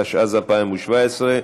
התשע"ז 2017,